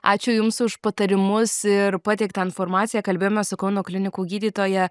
ačiū jums už patarimus ir pateiktą informaciją kalbėjome su kauno klinikų gydytoja